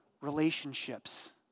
relationships